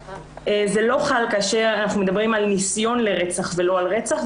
זה לא חל כאשר אנחנו מדברים על ניסיון לרצח ולא על רצח,